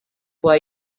what